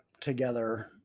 together